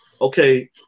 okay